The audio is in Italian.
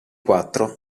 quattro